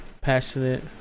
passionate